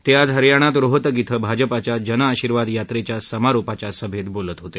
ते आज हरयाणात रोहतक क्वें भाजपाच्या जन आशिर्वाद यात्रेच्या समारोपाच्या सभेत बोलत होते